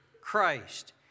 Christ